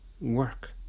work